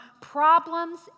problems